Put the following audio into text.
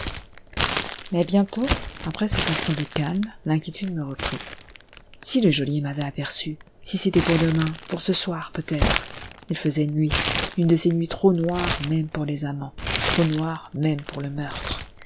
mais bientôt après cet instant de calme l'inquiétude me reprit si le geôlier m'avait aperçu si c'était pour demain pour ce soir peut-être il faisait nuit une de ces nuits trop noires même pour les amants trop noires même pour le meurtre